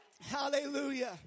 Hallelujah